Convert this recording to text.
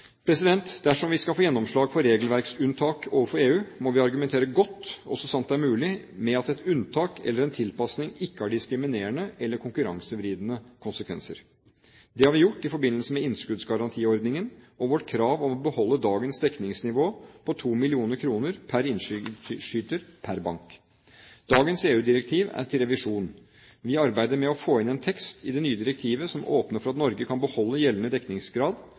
Dersom vi skal få gjennomslag for regelverksunntak overfor EU, må vi argumentere godt, og – så sant det er mulig – med at et unntak eller en tilpasning ikke har diskriminerende eller konkurransevridende konsekvenser. Det har vi gjort i forbindelse med innskuddsgarantiordningen og vårt krav om å beholde dagens dekningsnivå på 2 mill. kr per innskyter per bank. Dagens EU-direktiv er til revisjon. Vi arbeider med å få inn en tekst i det nye direktivet som åpner for at Norge kan beholde gjeldende dekningsgrad,